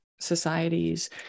societies